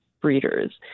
breeders